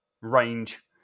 range